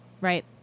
Right